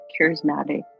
charismatic